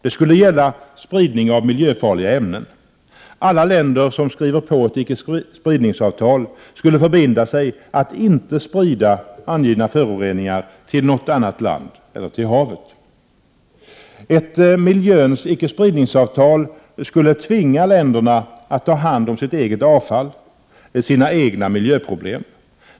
Det skulle gälla spridning av miljöfarliga ämnen. Alla länder som skriver på icke-spridningsavtalet skulle förbinda sig att inte sprida angivna föroreningar till något annat land eller till havet. Ett miljöns icke-spridningsavtal skulle tvinga länderna att ta hand om sitt eget avfall, sina egna miljöproblem.